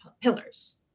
pillars